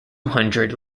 hundred